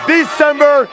December